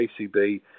JCB